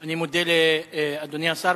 אני מודה לאדוני השר.